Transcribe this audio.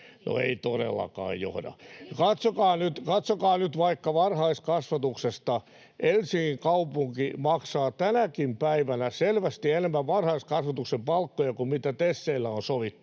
ei todellakaan johda. Katsokaa nyt vaikka varhaiskasvatusta. Helsingin kaupunki maksaa, tänäkin päivänä, selvästi enemmän varhaiskasvatuksen palkkoja kuin mitä TESeillä on sovittu,